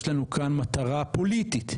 יש לנו כאן מטרה פוליטית,